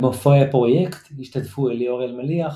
במופעי הפרויקט השתתפו ליאור אלמליח,